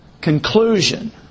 Conclusion